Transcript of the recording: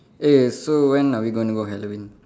eh so when are we gonna go Halloween